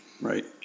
Right